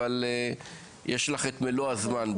אבל יש לך את מלוא הזמן.